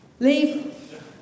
Leave